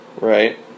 right